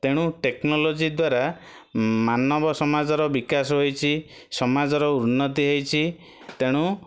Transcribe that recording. ତେଣୁ ଟେକ୍ନୋଲୋଜି ଦ୍ଵାରା ମାନବ ସମାଜର ବିକାଶ ହୋଇଛି ସମାଜର ଉନ୍ନତି ହେଇଛି ତେଣୁ